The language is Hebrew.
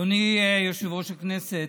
אדוני יושב-ראש הכנסת,